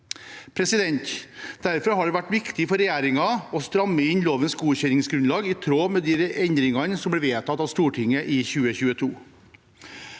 nærskolen. Derfor har det vært viktig for regjeringen å stramme inn lovens godkjenningsgrunnlag i tråd med de endringene som ble vedtatt av Stortinget i 2022.